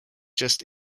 just